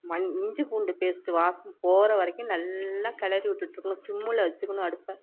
மஞ் இஞ்சி பூண்டு பேஸ்ட்டு வாசம் போகிற வரைக்கும் நல்லா கெளரி விட்டுட்ருக்கணும் சிம்மில் வெச்சுக்குணும் அடுப்பை